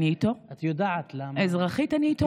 אני איתו, אזרחית אני איתו.